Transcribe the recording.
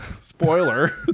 Spoiler